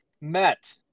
met